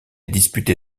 disputé